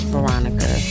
Veronica